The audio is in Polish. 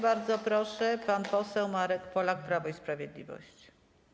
Bardzo proszę, pan poseł Marek Polak, Prawo i Sprawiedliwość.